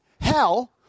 Hell